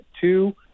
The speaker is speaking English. two